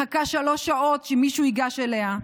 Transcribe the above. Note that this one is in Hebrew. מחכה שלוש שעות שמישהו ייגש אליה.